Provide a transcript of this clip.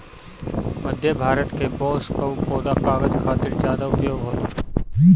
मध्य भारत के बांस कअ पौधा कागज खातिर ज्यादा उपयोग होला